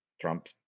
Trump